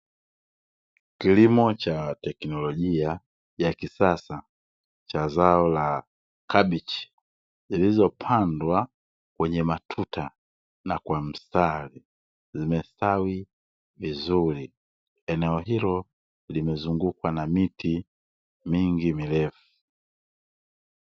Kilimo cha teknolojia ya kisasa cha zao la kabichi, zilizopandwa kwenye matuta na kwa mstari, zimestawi vizuri. Eneo hilo limezungukwa na mti mingi mirefu.